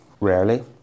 Rarely